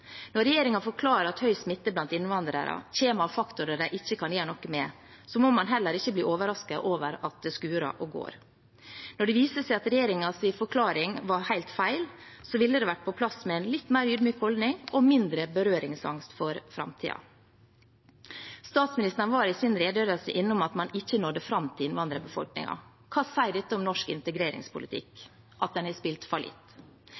Når regjeringen forklarer at høy smitte blant innvandrere kommer av faktorer de ikke kan gjøre noe med, må man heller ikke bli overrasket over at det skurer og går. Når det viser seg at regjeringens forklaring var helt feil, ville det vært på sin plass med en litt mer ydmyk holdning og mindre berøringsangst for framtiden. Statsministeren var i sin redegjørelse innom at man ikke nådde fram til innvandrerbefolkningen. Hva sier dette om norsk